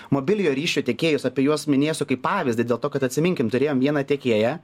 mobiliojo ryšio tiekėjus apie juos minėsiu kaip pavyzdį dėl to kad atsiminkim turėjom vieną tiekėją